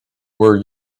were